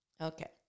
okay